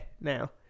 Now